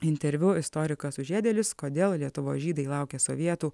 interviu istorikas sužiedėlis kodėl lietuvos žydai laukė sovietų